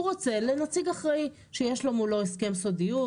הוא רוצה לתת לנציג אחראי שיש לו מולו הסכם סודיות,